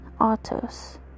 autos